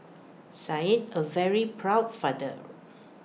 said A very proud father